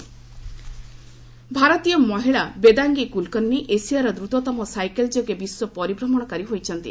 cycling record ଭାରତୀୟ ମହିଳା ବେଦାଙ୍ଗୀ କୁଲକର୍ଣ୍ଣି ଏସିଆର ଦ୍ରତତମ ସାଇକେଲ ଯୋଗେ ବିଶ୍ୱ ପରିଭ୍ରମଣକାରୀ ହୋଇଛନ୍ତି